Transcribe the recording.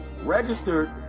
Registered